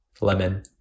lemon